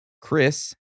Chris